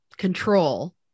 control